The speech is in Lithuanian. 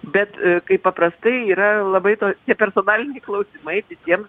bet kaip paprastai yra labai nepersonaliniai klausimai visiems